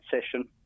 session